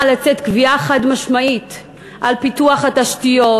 לצאת קביעה חד-משמעית על פיתוח התשתיות,